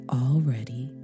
already